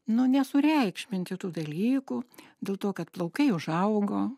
nu nesureikšminti tų dalykų dėl to kad plaukai užaugo